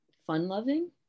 fun-loving